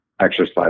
exercise